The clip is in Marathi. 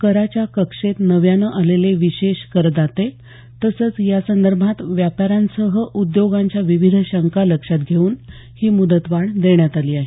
कराच्या कक्षेत नव्यानं आलेले विशेष करदाते तसंच या संदर्भात व्यापाऱ्यांसह उद्योगांच्या विविध शंका लक्षात घेऊन ही मुदतवाढ देण्यात आली आहे